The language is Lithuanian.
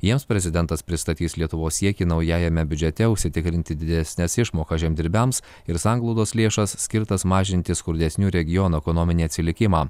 jiems prezidentas pristatys lietuvos siekį naujajame biudžete užsitikrinti didesnes išmokas žemdirbiams ir sanglaudos lėšas skirtas mažinti skurdesnių regionų ekonominį atsilikimą